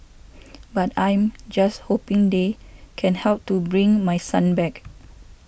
but I'm just hoping they can help to bring my son back